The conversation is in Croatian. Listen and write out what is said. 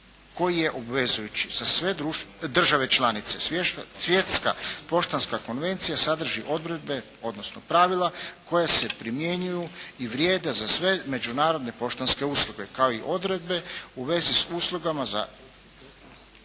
koji je obvezujući za sve države članice. Svjetska poštanska konvencija sadrži odredbe, odnosno pravila koja se primjenjuju i vrijede za sve međunarodne poštanske usluge kao i odredbe u vezi s uslugama za